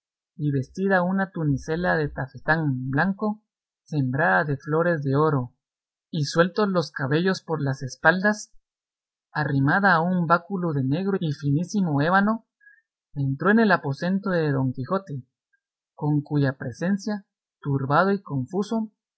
y vestida una tunicela de tafetán blanco sembrada de flores de oro y sueltos los cabellos por las espaldas arrimada a un báculo de negro y finísimo ébano entró en el aposento de don quijote con cuya presencia turbado y confuso